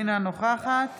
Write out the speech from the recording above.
אינה נוכחת